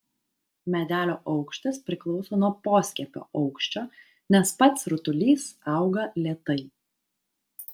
medelio aukštis priklauso nuo poskiepio aukščio nes pats rutulys auga lėtai